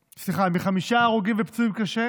מחמישה הרוגים ופצועים קשה